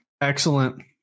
Excellent